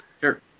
Sure